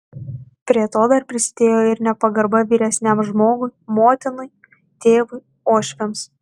prie to dar prisidėjo ir nepagarba vyresniam žmogui motinai tėvui uošviams